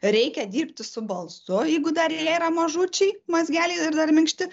reikia dirbti su balsu jeigu dar jie yra mažučiai mazgeliai ir dar minkšti